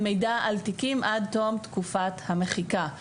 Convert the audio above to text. מידע על תיקים עד תום תקופת המחיקה,